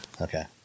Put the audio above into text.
Okay